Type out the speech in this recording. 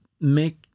make